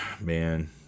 man